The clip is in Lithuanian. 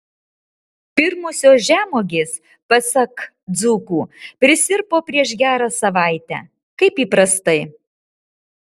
pirmosios žemuogės pasak dzūkų prisirpo prieš gerą savaitę kaip įprastai